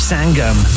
Sangam